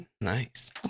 Nice